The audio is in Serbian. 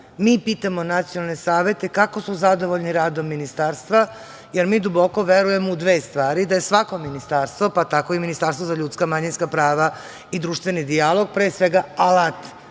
Mi pitamo nacionalne savete kako su zadovoljni radom ministarstva, jer mi duboko verujemo u dve stvari - da je svako ministarstvo, pa tako i Ministarstvo za ljudska, manjinska prava i društveni dijalog, pre svega, alat